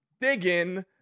Digging